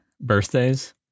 birthdays